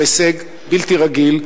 זהו הישג בלתי רגיל.